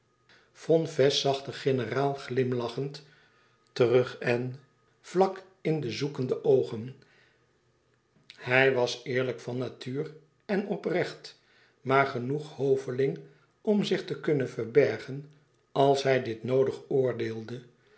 zag den generaal glimlachend terug aan vlak in de zoekende oogen hij was eerlijk van natuur en oprecht maar genoeg hoveling om zich te kunnen verbergen als hij dit noodig oordeelde